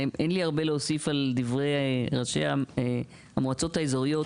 אין לי הרבה להוסיף על דברי ראשי המועצות האזוריות.